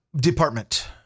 department